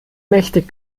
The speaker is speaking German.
mächtig